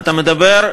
אתה מדבר,